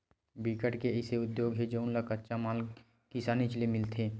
बिकट के अइसे उद्योग हे जउन ल कच्चा माल किसानीच ले मिलथे